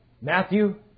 Matthew